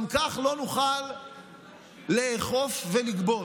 גם כך לא נוכל לאכוף ולגבות.